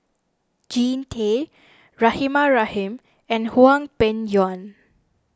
Jean Tay Rahimah Rahim and Hwang Peng Yuan